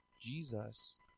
jesus